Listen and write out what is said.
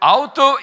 Auto